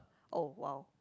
oh !wow!